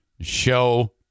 show